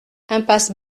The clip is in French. impasse